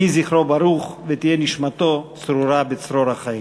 יהי זכרו ברוך, ותהא נשמתו צרורה בצרור החיים.